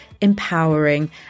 empowering